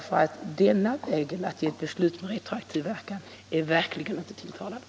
För denna väg, att fatta beslut med retroaktiv verkan, är verkligen inte tilltalande.